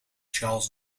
charles